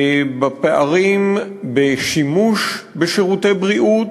בפערים בשימוש בשירותי בריאות,